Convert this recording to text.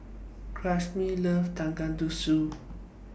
loves Tonkatsu